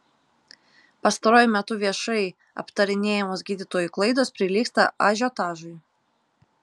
pastaruoju metu viešai aptarinėjamos gydytojų klaidos prilygsta ažiotažui